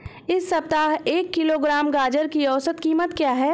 इस सप्ताह एक किलोग्राम गाजर की औसत कीमत क्या है?